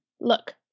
look